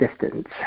distance